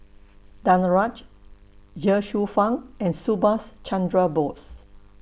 Danaraj Ye Shufang and Subhas Chandra Bose